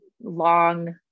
long